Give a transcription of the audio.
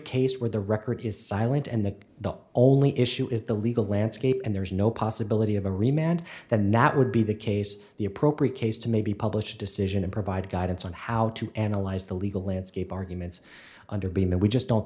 case where the record is silent and that the only issue is the legal landscape and there is no possibility of a remained than that would be the case the appropriate case to maybe publish a decision and provide guidance on how to analyze the legal landscape arguments under beeman we just don't